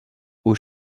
aux